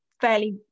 fairly